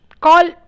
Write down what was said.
call